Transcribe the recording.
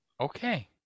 Okay